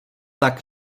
tak